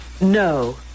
no